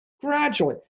gradually